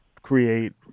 create